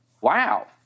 Wow